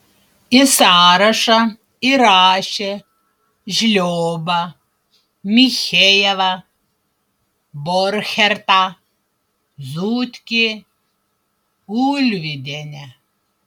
į sąrašą įrašė žliobą michejevą borchertą zutkį ulvydienę